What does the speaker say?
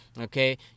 Okay